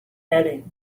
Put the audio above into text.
erin